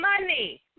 money